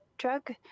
drug